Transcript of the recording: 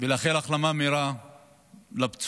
ולאחל החלמה מהירה לפצועים.